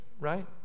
right